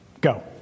Go